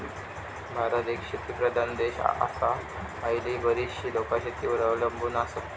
भारत एक शेतीप्रधान देश आसा, हयली बरीचशी लोकां शेतीवर अवलंबून आसत